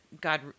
God